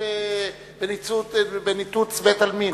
בניתוץ בית-עלמין?